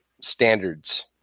Standards